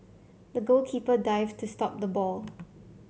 the goalkeeper dived to stop the ball